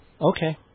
Okay